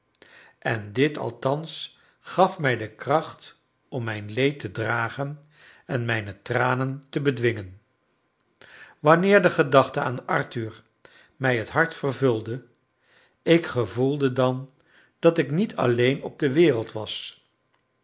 en dit althans gaf mij de kracht om mijn leed te dragen en mijne tranen te bedwingen wanneer de gedachte aan arthur mij het hart vervulde ik gevoelde dan dat ik niet alleen op de wereld was